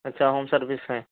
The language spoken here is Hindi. अच्छा होम सर्विस है